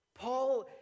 Paul